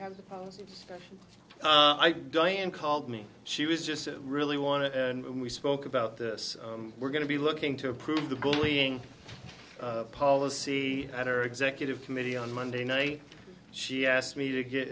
to die and called me she was just really want to and we spoke about this we're going to be looking to approve the bullying policy at our executive committee on monday night she asked me to get